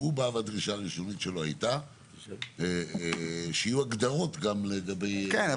הדרישה הראשונית שלו הייתה שיהיו הגדרות גם לגבי --- כן,